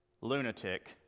lunatic